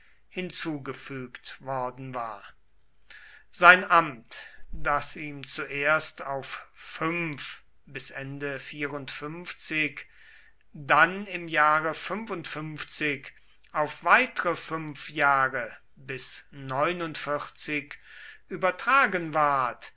hinzugefügt worden war sein amt das ihm zuerst auf fünf dann im jahre auf weitere fünf jahre übertragen ward